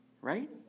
Right